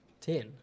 ten